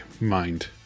mind